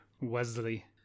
Wesley